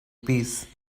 peace